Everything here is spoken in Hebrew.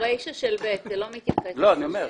ברישה של תקנת משנה (ב).